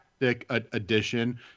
addition